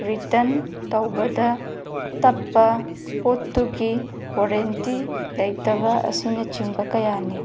return ꯇꯧꯕꯗ ꯇꯞꯄ ꯄꯣꯠꯇꯨꯒꯤ ꯋꯥꯔꯦꯟꯇꯤ ꯂꯩꯇꯕ ꯑꯁꯤꯅꯁꯤꯡꯕ ꯀꯌꯥꯅꯤ